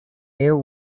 ill